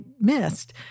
missed